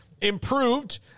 improved